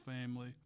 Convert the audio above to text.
family